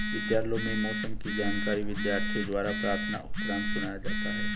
विद्यालयों में मौसम की जानकारी विद्यार्थियों द्वारा प्रार्थना उपरांत सुनाया जाता है